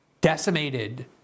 decimated